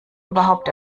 überhaupt